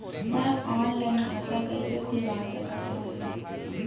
मैं ऑनलाइन खाता कइसे खुलवा सकत हव?